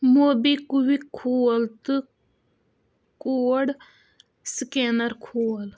موبیکُوِک کھول تہٕ code scanner کھول